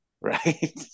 right